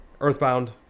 Earthbound